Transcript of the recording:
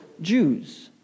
Jews